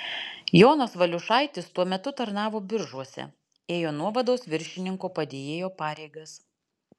jonas valiušaitis tuo metu tarnavo biržuose ėjo nuovados viršininko padėjėjo pareigas